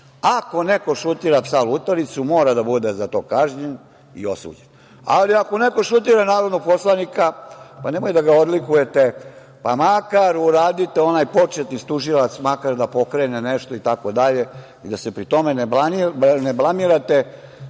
Ako neko šutira psa lutalicu mora da bude za to kažnjen i osuđen, ali ako neko šutira narodnog poslanika, pa nemojte da ga odlikujete, pa makar uradite, onaj početni tužilac makar da pokrene nešto itd. i da se pri tome ne blamirate